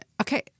okay